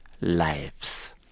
lives